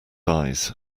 eyes